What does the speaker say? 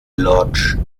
lodge